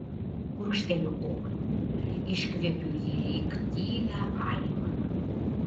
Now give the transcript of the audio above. gurkšteliu oro iškvepiu jį lyg tylią aimaną